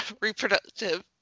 reproductive